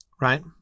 Right